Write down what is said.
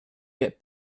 get